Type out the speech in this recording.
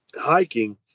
hiking